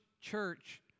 church